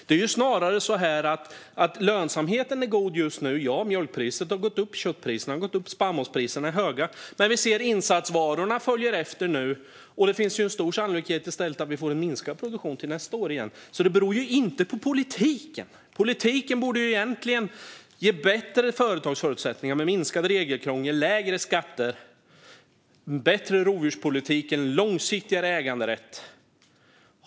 Att lönsamheten är god just nu beror snarare på att mjölkpriset har gått upp, på att köttpriserna har gått upp och på att spannmålspriserna är höga. Men vi ser nu att insatsvarorna följer efter. Sannolikheten är i stället stor att vi till nästa år får minskad produktion igen. Det beror alltså inte på politiken. Politiken borde egentligen ge bättre företagsförutsättningar med minskat regelkrångel, lägre skatter, bättre rovdjurspolitik och mer långsiktig äganderätt.